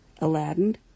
Aladdin